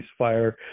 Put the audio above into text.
ceasefire